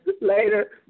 later